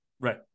Right